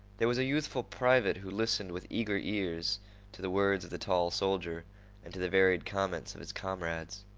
there was a youthful private who listened with eager ears to the words of the tall soldier and to the varied comments of his comrades.